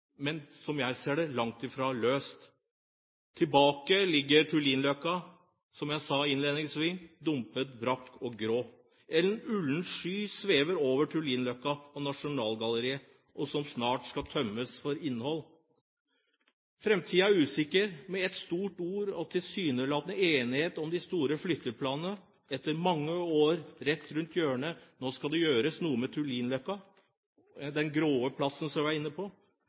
men langt fra løst, slik jeg ser det. Tilbake ligger Tullinløkka – som jeg sa innledningsvis – dumpet, brakk og grå. En ullen sky svever over Tullinløkka og Nasjonalgalleriet, som snart skal tømmes for innhold. Framtiden er usikker. Med store ord og tilsynelatende enighet om de store flytteplanene, etter mange år rett rundt hjørnet – nå skal det gjøres noe med Tullinløkka, den grå plassen som jeg var inne på.